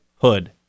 hood